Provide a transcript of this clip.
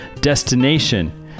destination